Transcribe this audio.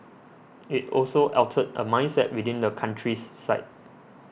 it also altered a mindset within the country's psyche